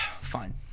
Fine